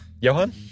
Johan